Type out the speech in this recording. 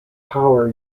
power